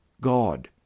God